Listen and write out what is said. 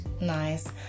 nice